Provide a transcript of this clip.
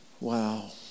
Wow